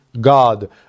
God